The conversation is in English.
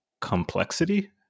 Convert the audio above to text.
complexity